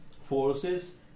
Forces